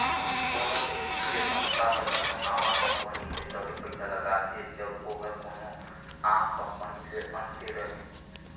कोनो भी बित्तीय संस्था हर कोनो नावा कंपनी में तबे पइसा लगाथे जब ओहर कोनो आम कंपनी ले अन्ते रहें